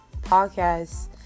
podcast